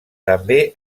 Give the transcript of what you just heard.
també